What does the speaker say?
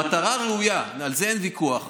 המטרה ראויה, על זה אין ויכוח.